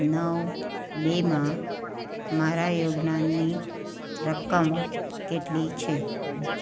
નવ બેમાં મારા યોગદાનની રકમ કેટલી છે